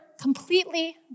completely